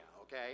okay